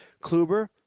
Kluber